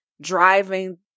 driving